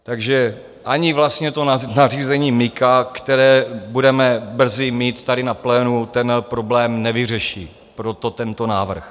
Takže ani vlastně nařízení MiCA, které budeme brzy mít tady na plénu, ten problém nevyřeší, proto tento návrh.